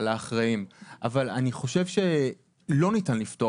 אבל לא ניתן לבדוק,